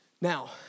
Now